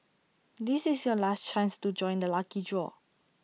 this is your last chance to join the lucky draw